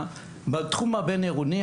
בתחום הבין עירוני,